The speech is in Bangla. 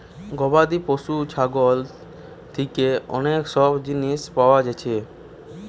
গবাদি পশু ছাগল থিকে অনেক সব জিনিস পায়া যাচ্ছে